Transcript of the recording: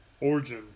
Origin